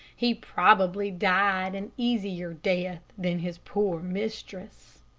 he probably died an easier death than his poor mistress.